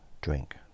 drink